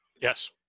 Yes